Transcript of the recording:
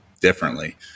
differently